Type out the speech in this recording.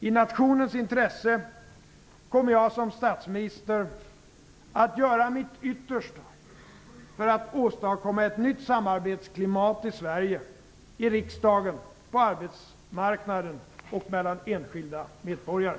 I nationens intresse kommer jag som statsminister att göra mitt yttersta för att åstadkomma ett nytt samarbetsklimat i Sverige - i riksdagen, på arbetsmarknaden, mellan enskilda medborgare.